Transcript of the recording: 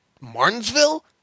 martinsville